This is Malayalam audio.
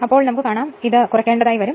അതിനാൽ അത് കുറയ്ക്കേണ്ടതായി വരും